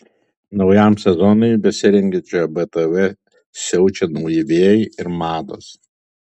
naujam sezonui besirengiančioje btv siaučia nauji vėjai ir mados